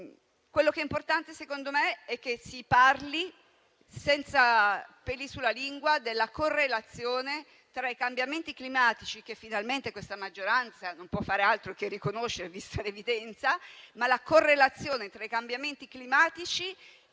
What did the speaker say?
Quello che è importante, secondo me, è che si parli, senza peli sulla lingua, della correlazione tra i cambiamenti climatici (che finalmente questa maggioranza non può far altro che riconoscere, vista l'evidenza) e le emissioni di gas serra.